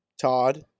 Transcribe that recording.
Todd